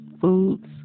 foods